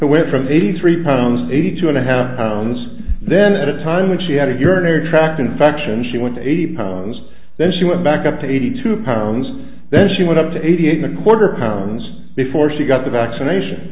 went from eighty three pounds eighty two and a half pounds then at a time when she had a journey tract infection she went eighty pounds then she went back up to eighty two pounds then she went up to eighty eight the quarter pounds before she got the vaccination